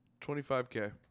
25k